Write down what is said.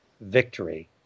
victory